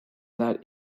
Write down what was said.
that